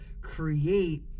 create